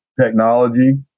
technology